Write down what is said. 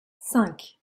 cinq